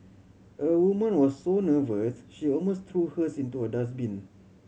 a woman was so nervous she almost threw hers into a dustbin